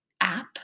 app